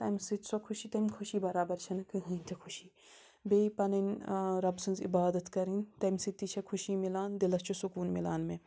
تَمہِ سۭتۍ سۄ خوشی تَمہِ خوشی بَرابَر چھَنہٕ کٕہیٖنۍ تہٕ خوشی بیٚیہِ پَنٕنۍ رۄب سٕنٛز عبادَت کَرٕنۍ تَمہِ سۭتۍ تہِ چھےٚ خوشی مِلان دِلَس چھُ سکوٗن مِلان مےٚ